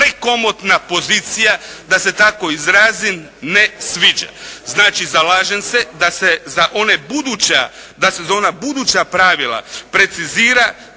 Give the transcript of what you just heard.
prekomotna pozicija da se tako izrazim, ne sviđa. Znači, zalažem se da se za ona buduća pravila precizira